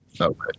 Okay